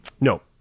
No